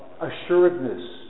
assuredness